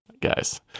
guys